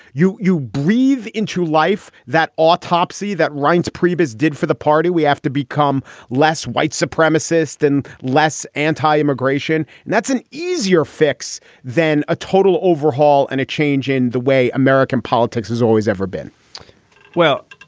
you you breathe into life. that autopsy that reince priebus did for the party, we have to become less white supremacist and less anti-immigration. and that's an easier fix than a total overhaul and a change in the way american politics is always, ever been well,